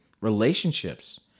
relationships